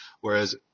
Whereas